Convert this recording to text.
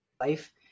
life